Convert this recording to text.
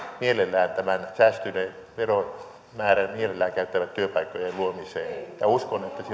tämän säästyneen veromäärän mielellään käyttävät työpaikkojen luomiseen ja uskon että